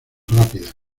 rápidas